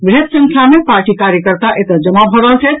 वृहत संख्या मे पार्टी कार्यकर्ता एतऽ जमा भऽ रहल छथि